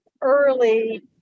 early